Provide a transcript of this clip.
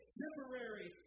temporary